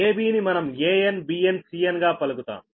AB ని మనం AN BN CN గా పలుకుతాం